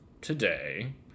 today